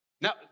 Now